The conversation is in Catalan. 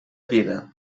vida